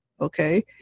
okay